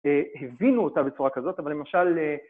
הבינו אותה בצורה כזאת אבל למשל